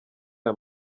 aya